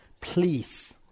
please